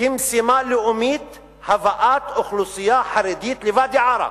כמשימה לאומית הבאת אוכלוסייה חרדית לוואדי-עארה.